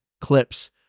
clips